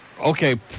Okay